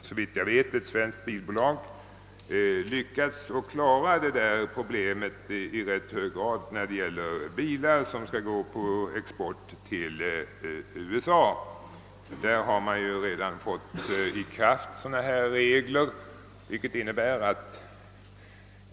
Såvitt jag vet har ett svenskt bilbolag nu lyckats lösa detta problem rätt bra då det gäller bilar för export till USA, där regler redan är i kraft med påföljd att